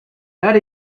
that